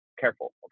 careful